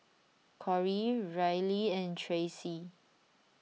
Corry Reilly and Tracie